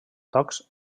tocs